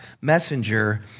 messenger